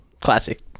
Classic